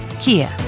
Kia